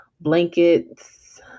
blankets